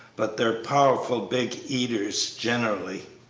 but they're powerful big eaters generally.